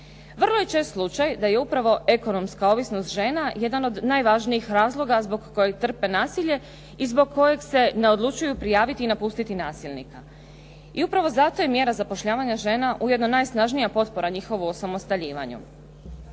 Vrlo je čest slučaj da je upravo ekonomska ovisnost žena jedan od najvažnijih razloga zbog kojeg trpe nasilje i zbog kojeg se ne odlučuju prijaviti i napustiti nasilnika. I upravo zato je mjera zapošljavanja žena ujedno najsnažnija potpora njihovu osamostaljivanju.